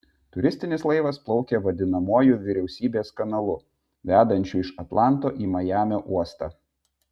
turistinis laivas plaukė vadinamuoju vyriausybės kanalu vedančiu iš atlanto į majamio uostą